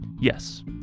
Yes